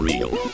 Real